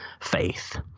faith